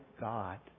God